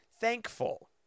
thankful